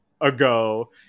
ago